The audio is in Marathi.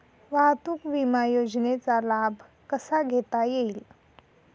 वाहतूक विमा योजनेचा लाभ कसा घेता येईल?